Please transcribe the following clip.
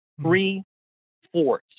Three-fourths